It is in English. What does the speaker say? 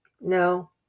No